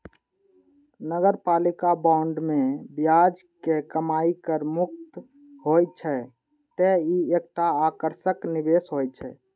नगरपालिका बांड मे ब्याज के कमाइ कर मुक्त होइ छै, तें ई एकटा आकर्षक निवेश होइ छै